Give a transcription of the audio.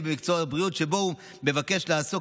במקצוע הבריאות שבו הוא מבקש לעסוק.